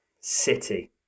City